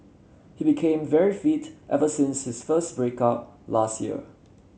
he became very fit ever since his first break up last year